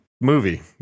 movie